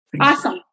awesome